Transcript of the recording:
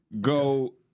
Go